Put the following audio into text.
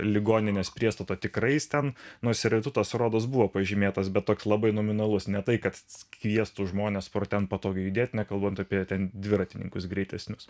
ligoninės priestato tikrai jis ten nors servitutas rodos buvo pažymėtas bet toks labai nominalus ne tai kad kviestų žmones pro ten patogiai judėti nekalbant apie ten dviratininkus greitesnius